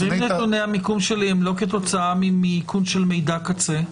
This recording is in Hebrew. אם נתוני המיקום שלי הם לא כתוצאה מאיכון של מידע קצה?